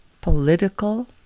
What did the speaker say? political